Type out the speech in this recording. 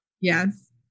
Yes